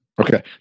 Okay